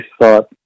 thought